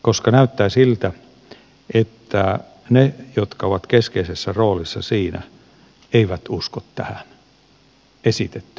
nimittäin näyttää siltä että ne jotka ovat keskeisessä roolissa siinä eivät usko tähän esitettyyn pohjaratkaisuun